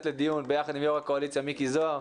לדיון יחד עם יו"ר הקואליציה מיקי זוהר.